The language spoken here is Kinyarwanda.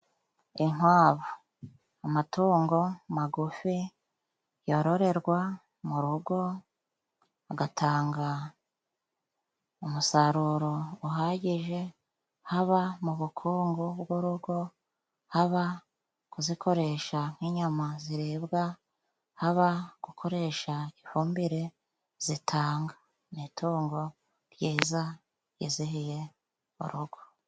Inkwavu amatungo magufi yororerwa mu rugo agatanga umusaruro uhagije, haba mu bukungu bw'urugo, haba kuzikoresha nk'inyama zirebwa, haba gukoresha ifumbire zitanga. Ni itungo ryiza ryizihiye urugo.